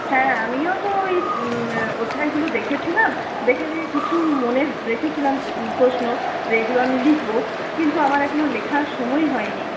হ্যাঁ আমিও তো ওই অধ্যায়গুলো দেখেছিলাম দেখে দেখে কিছু মনে রেখেছিলাম প্রশ্ন যে এইগুলো আমি লিখব কিন্তু আমার এখনও লেখার সময়ই হয়নি